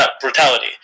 brutality